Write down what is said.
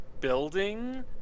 building